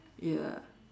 ya